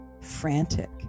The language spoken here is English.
frantic